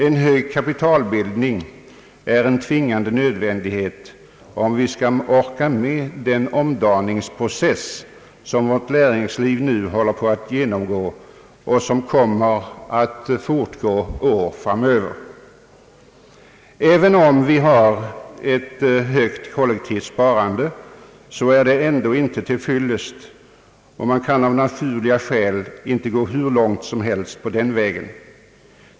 En hög kapitalbildning är en tvingande nödvändighet om vi skall orka med den omdaningsprocess som vårt näringsliv nu genomgår, och som kommer att fortsätta ännu många år. Även om vi har ett högt kollektivt sparande så är det ändå inte till fyllest, och man kan av naturliga skäl inte gå hur långt som helst på den vägen.